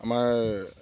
আমাৰ